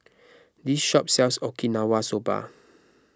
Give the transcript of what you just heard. this shop sells Okinawa Soba